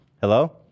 Hello